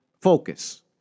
focus